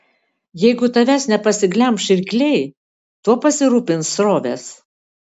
jeigu tavęs nepasiglemš rykliai tuo pasirūpins srovės